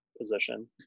position